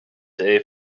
day